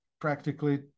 practically